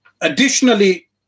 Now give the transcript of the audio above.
Additionally